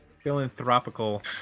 Philanthropical